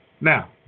Now